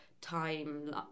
time